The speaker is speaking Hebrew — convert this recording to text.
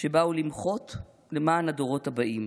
שבאו למחות למען הדורות הבאים,